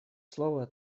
слово